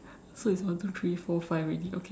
so it's one two three four five already okay